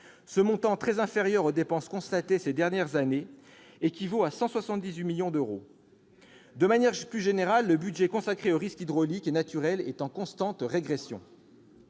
Ce montant est très inférieur aux dépenses constatées ces dernières années, équivalant à 178 millions d'euros. De manière plus générale, le budget consacré aux risques hydrauliques et naturels est en constante régression.